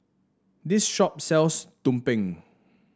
this shop sells tumpeng